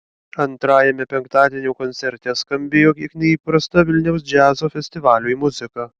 antrajame penktadienio koncerte skambėjo kiek neįprasta vilniaus džiazo festivaliui muzika